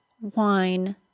wine